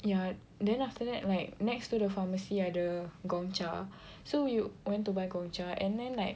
ya then after that like next to the pharmacy ada Gong Cha so we went to buy Gong Cha and then like